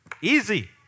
easy